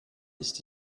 ist